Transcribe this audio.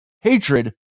hatred